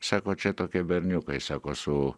sako čia tokie berniukai sako su